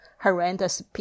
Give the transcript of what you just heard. horrendous